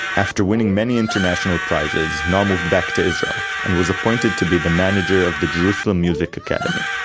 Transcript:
after winning many international prizes, noa moved back to israel, and was appointed to be the manager of the jerusalem music academy,